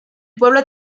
pueblo